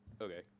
okay